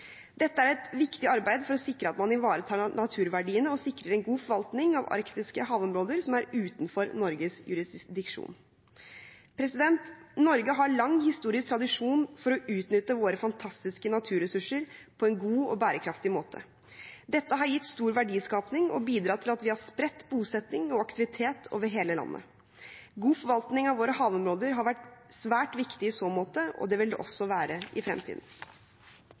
Dette er et viktig arbeid for å sikre at man ivaretar naturverdiene og sikrer en god forvaltning av arktiske havområder som er utenfor Norges jurisdiksjon. Norge har en lang historisk tradisjon for å utnytte våre fantastiske naturressurser på en god og bærekraftig måte. Dette har gitt stor verdiskaping og bidratt til at vi har spredt bosetting og aktivitet over hele landet. God forvaltning av våre havområder har vært svært viktig i så måte, og det vil det også være i fremtiden.